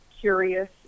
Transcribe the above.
curious